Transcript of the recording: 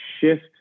shift